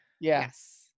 yes